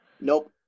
Nope